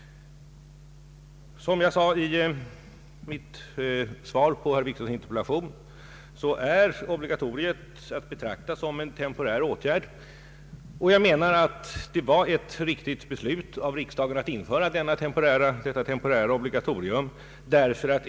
Som jag sade i mitt svar på herr Wikströms interpellation är obligatoriet att betrakta som en temporär åtgärd. Jag menar att det var ett riktigt beslut av riksdagen att införa detta temporära obligatorium.